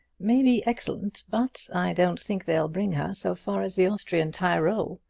may be excellent, but i don't think they'll bring her so far as the austrian tyrol.